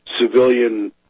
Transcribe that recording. civilian